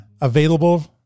available